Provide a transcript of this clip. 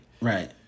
Right